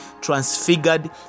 transfigured